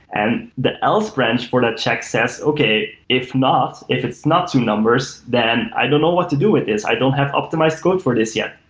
and the else branch for that check says, okay, if not, if it's not two numbers, then i don't know what to do with it. i don't have optimized code for this yet.